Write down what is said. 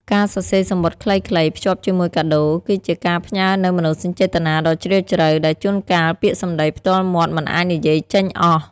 ការសរសេរសំបុត្រខ្លីៗភ្ជាប់ជាមួយកាដូ គឺជាការផ្ញើនូវមនោសញ្ចេតនាដ៏ជ្រាលជ្រៅ ដែលជួនកាលពាក្យសម្ដីផ្ទាល់មាត់មិនអាចនិយាយចេញអស់។